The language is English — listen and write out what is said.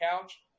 couch